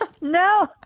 No